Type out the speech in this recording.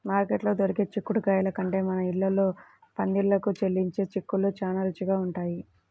మార్కెట్లో దొరికే చిక్కుడుగాయల కంటే మన ఇళ్ళల్లో పందిళ్ళకు అల్లించే చిక్కుళ్ళు చానా రుచిగా ఉంటయ్